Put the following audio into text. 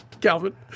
Calvin